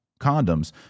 condoms